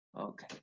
Okay